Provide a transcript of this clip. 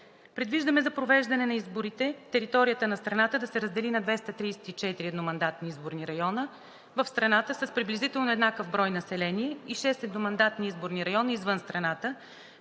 Предвиждаме за провеждане на изборите територията на страната да се раздели на 234 едномандатни изборни района в страната с приблизително еднакъв брой население и 6 едномандатни изборни района извън страната,